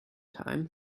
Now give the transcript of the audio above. time